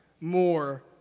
more